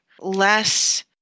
Less